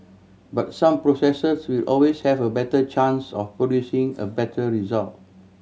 but some processes will always have a better chance of producing a better result